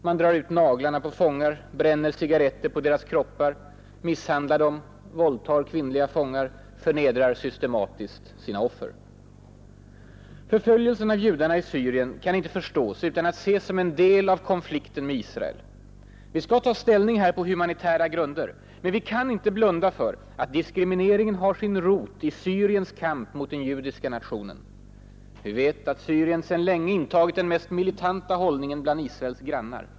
Man drar ut naglarna på fångar, bränner cigarretter på deras kroppar, misshandlar dem, våldtar kvinnliga fångar, förnedrar systematiskt sina offer. Förföljelsen av judarna i Syrien kan inte förstås utan att ses som en del av konflikten med Israel. Vi skall ta ställning här på humanitära grunder. Men vi kan inte blunda för att diskrimineringen har sin rot i Syriens kamp mot den judiska nationen. Vi vet att Syrien sedan länge intagit den mest militanta hållningen bland Israels grannar.